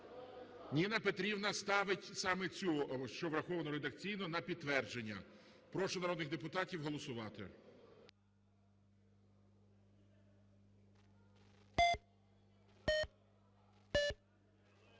Ніна Петрівна ставить саме цю, що врахована редакційно, на підтвердження. Прошу народних депутатів голосувати.